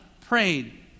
prayed